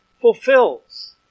fulfills